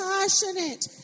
Passionate